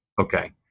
Okay